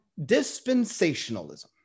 dispensationalism